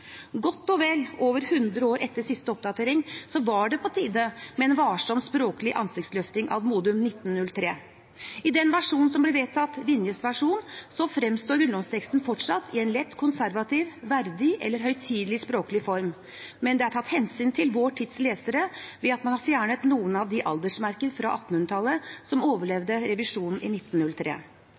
Godt og vel over 100 år etter siste oppdatering var det på tide med en varsom språklig ansiktsløftning ad modum 1903. I den versjonen som ble vedtatt, Vinjes versjon, fremstår grunnlovsteksten fortsatt i en lett konservativ, verdig eller høytidelig språklig form. Men det er tatt hensyn til vår tids lesere ved at man har fjernet noen av de aldersmerker fra 1800-tallet som overlevde revisjonen i 1903.